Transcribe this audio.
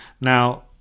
Now